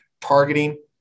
targeting